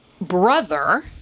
brother